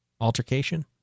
Altercation